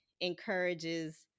encourages